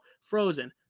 frozen